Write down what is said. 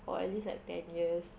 or at least like ten years